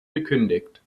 gekündigt